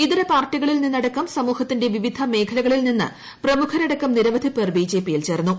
ഇതര പാർട്ടികളിൽ നിന്നടക്കം സമൂഹത്തിന്റെ വിവിധ മേഖലകളിൽ നിന്ന് പ്രമുഖരടക്കം നിരവധി പേർ ബി ജെ പിയിൽ ചേർന്നു